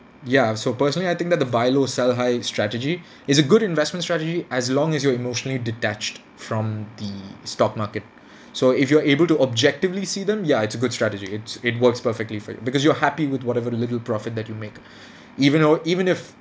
ya so personally I think that the buy low sell high strategy is a good investment strategy as long as you're emotionally detached from the stock market so if you're able to objectively see them ya it's a good strategy it's it works perfectly for you because you're happy with whatever little profit that you make even or even if